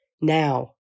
now